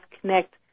connect